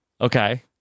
Okay